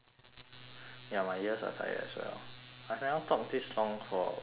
ya my ears are tired as well I never talk this long for without non-stop